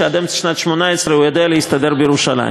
שעד אמצע שנת 2018 הוא יודע להסתדר בירושלים.